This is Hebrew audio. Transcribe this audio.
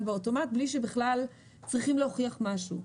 אוטומטית בלי שבכלל צריכים להוכיח משהו.